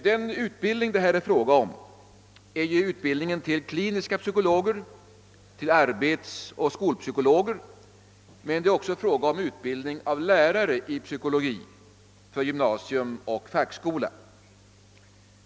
Den utbildning det här är fråga om är utbildningen till kliniska psykologer samt till arbetsoch skolpsykologer, men det gäller också utbildningen av lärare i psykologi för gymnasium och fackskola.